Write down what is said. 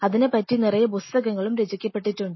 അതിനെ പറ്റി നിറയെ പുസ്തകങ്ങളും രചിക്കപ്പെട്ടിട്ടുണ്ട്